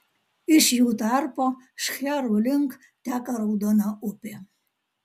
iš jų tarpo šcherų link teka raudona upė